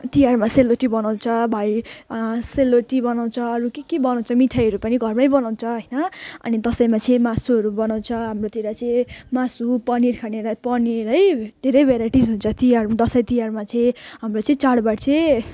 तिहारमा सेलरोटी बनाउँछ भई सेलरोटी बनाउँछ अरू के के बनाउँछ मिठाईहरू पनि घरमै बनाउँछ होइन अनि दसैँमा चाहिँ मासुहरू बनाउँछ हाम्रोतिर चाहिँ मासु पनिर खानेलाई पनिर है धेरै भेराइटिस हुन्छ तिहार दसैँ तिहारमा चाहिँ हाम्रो चाहिँ चाडबाड चाहिँ